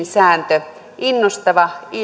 sääntö innostava